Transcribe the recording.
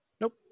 Nope